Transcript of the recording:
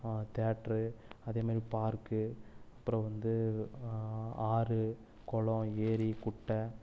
theatre அதேமாதிரி park அப்புறம் வந்து ஆறு குளம் ஏரி குட்டை